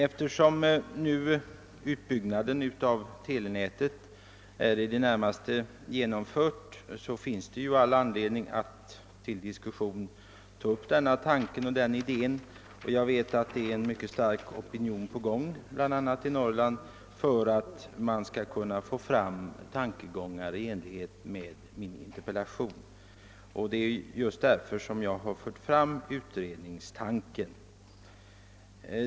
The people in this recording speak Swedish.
Eftersom utbyggnaden av telenätet är i det närmaste genomförd finns all anledning att till diskussion ta upp denna idé. Jag vet att det finns en mycket stark opinion i Norrland för att man skall kunna få fram tankegångar i enlighet med min interpellation. Det är just därför som jag har fört fram utredningstanken.